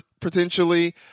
potentially